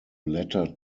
latter